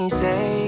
say